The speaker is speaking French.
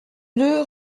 deux